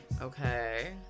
okay